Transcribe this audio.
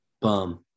Bum